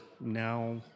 now